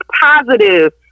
positive